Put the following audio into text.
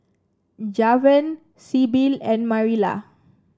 Javen Sybil and Marilla